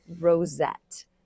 rosette